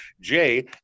Jay